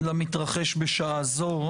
למתרחש בשעה זו.